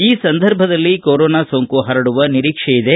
ಈ ಸಂದರ್ಭದಲ್ಲಿ ಕೊರೋನಾ ಸೋಂಕು ಪರಡುವ ನಿರೀಕ್ಷೆ ಇದೆ